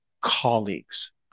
colleagues